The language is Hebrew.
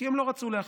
כי הם לא רצו להחליט,